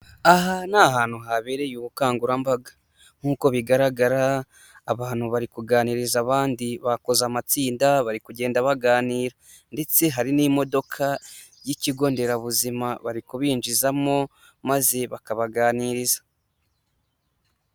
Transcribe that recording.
Aha ni ahantu habereye ubukangurambaga nk'uko bigaragara, abantu bari kuganiriza abandi, bakoze amatsinda bari kugenda baganira ndetse hari n'imodoka y'ikigo nderabuzima, bari kubinjizamo maze bakabaganiriza.